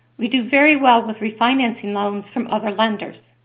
we do very well with refinancing loans from other lenders.